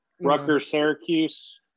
Rutgers-Syracuse